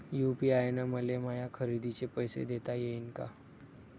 UPI न मले माया खरेदीचे पैसे देता येईन का?